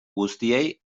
guztiei